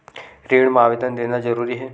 ऋण मा आवेदन देना जरूरी हे?